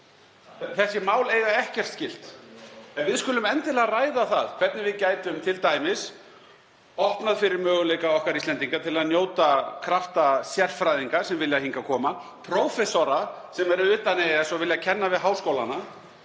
Þessi mál eiga ekkert sameiginlegt. En við skulum endilega ræða það hvernig við gætum t.d. opnað fyrir möguleika okkar Íslendinga til að njóta krafta sérfræðinga sem vilja koma hingað, prófessora sem eru utan EES og vilja kenna við háskólana,